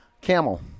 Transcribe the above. Camel